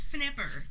Snipper